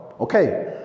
Okay